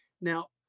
Now